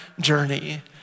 journey